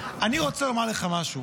אני רוצה לומר לך משהו,